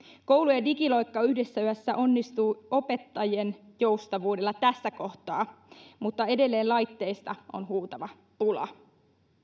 koulujen digiloikka yhdessä yössä onnistuu opettajien joustavuudella tässä kohtaa mutta edelleen laitteista on huutava pula